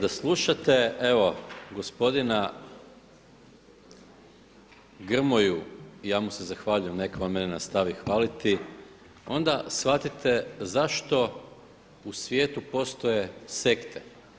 Kada slušate evo gospodina Grmoju, ja mu se zahvaljujem nek' on mene nastavi hvaliti onda shvatite zašto u svijetu postoje sekte.